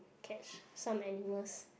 catch some animals